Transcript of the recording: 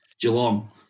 Geelong